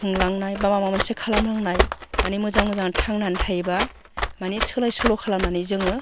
खुंलांनाय बा माबा मोनसे खालामलांनाय मानि मोजां मोजां थांनानै थायोबा मानि सोलाय सोल' खालामनानै जोङो